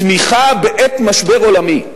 צמיחה בעת משבר עולמי,